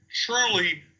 truly